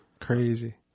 Crazy